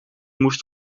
moest